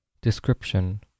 Description